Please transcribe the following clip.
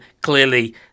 Clearly